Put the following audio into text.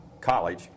college